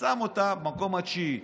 ושם אותה במקום התשיעי.